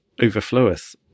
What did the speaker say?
overfloweth